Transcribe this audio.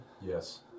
Yes